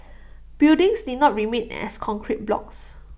buildings need not remain as concrete blocks